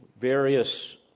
various